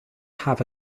have